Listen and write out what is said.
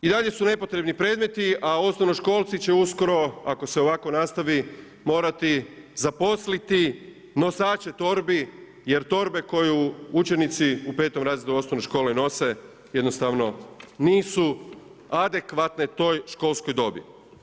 I dalje su nepotrebni predmeti a osnovnoškolci će uskoro ako se ovako nastavi, morati zaposliti nosače torbi jer torbe koju učenici u 5. razredu osnovne škole nose, jednostavno nisu adekvatnoj toj školskoj dobi.